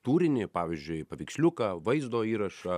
turinį pavyzdžiui paveiksliuką vaizdo įrašą